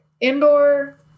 Indoor